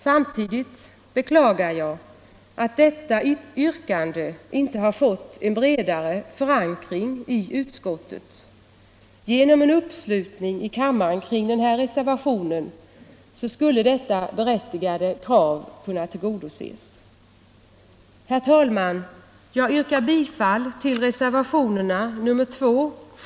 Jag beklagar att detta yrkande inte har fått bredare förankring i utskottet. Genom en uppslutning i kammaren kring reservationen skulle detta berättigade krav kunna tillgodoses.